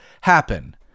happen